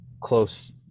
close